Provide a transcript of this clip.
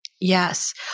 Yes